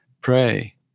Pray